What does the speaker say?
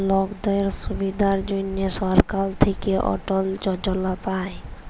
লকদের সুবিধার জনহ সরকার থাক্যে অটল যজলা পায়